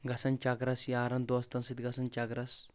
گژھان چکرس یارن دوستن سۭتۍ گژھان چکرس